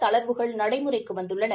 தளர்வுகள் நடைமுறைக்கு வந்துள்ளன